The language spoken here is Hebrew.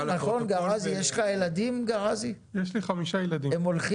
יהיו שם הרבה